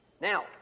Now